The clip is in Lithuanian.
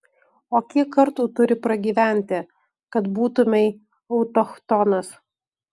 o kiek kartų turi pragyventi kad būtumei autochtonas